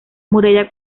muralla